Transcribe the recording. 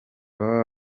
baba